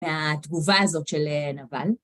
התגובה הזאת של נבל.